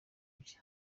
bye